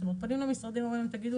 זאת אומרת פונים למשרדים ואומרים: תגידו